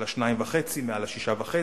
של ה-2.5 מעל ה-6.5,